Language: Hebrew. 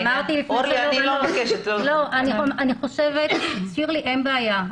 שירלי, אין בעיה.